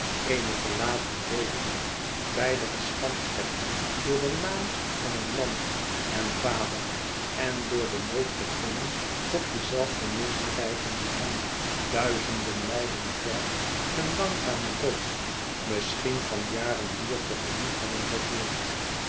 eene verlatene weduwe beiden geschandvlekt door den naam van een man en vader en door den nood gedwongen tot dezelfde misdrijven die hem duizenden mljlen ver een langzamen dood misschien van jaren duur te gemoet hadden gevoerd